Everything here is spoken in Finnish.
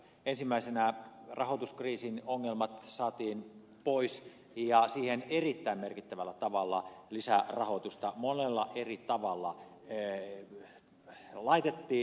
ensimmäisenä rahoituskriisin ongelmat saatiin pois ja siihen erittäin merkittävällä tavalla lisärahoitusta monella eri tavalla laitettiin